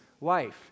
life